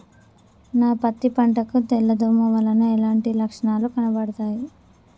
నా పత్తి పంట కు తెల్ల దోమ వలన ఎలాంటి లక్షణాలు కనబడుతాయి?